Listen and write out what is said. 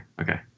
okay